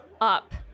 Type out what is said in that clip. up